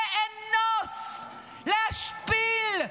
לאנוס להשפיל,